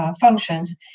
functions